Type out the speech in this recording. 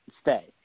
Stay